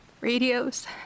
radios